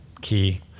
key